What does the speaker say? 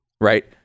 Right